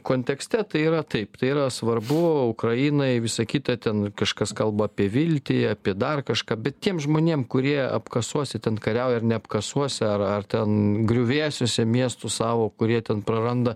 kontekste tai yra taip tai yra svarbu ukrainai visa kita ten kažkas kalba apie viltį apie dar kažką bet tiems žmonėm kurie apkasuose ten kariauja ar ne apkasuose ar ar ten griuvėsiuose miestų savo kurie ten praranda